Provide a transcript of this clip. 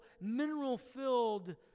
mineral-filled